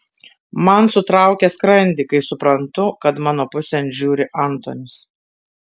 man sutraukia skrandį kai suprantu kad mano pusėn žiūri antonis